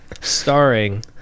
starring